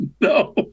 No